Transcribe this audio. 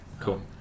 Cool